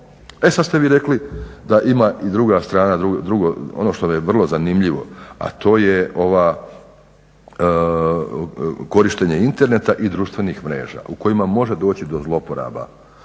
E sada ste vi rekli da ima i druga strana, ono što je vrlo zanimljivo, a to je korištenje interneta i društvenih mreža u kojima može doći do zloporaba